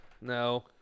No